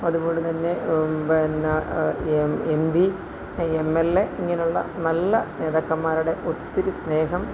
അതുപോലെ തന്നെ പിന്നെ M P M L A ഇങ്ങനെയുള്ള നല്ല നേതാക്കന്മാരുടെ ഒത്തിരി സ്നേഹം